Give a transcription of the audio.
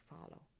follow